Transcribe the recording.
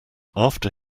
after